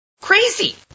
Crazy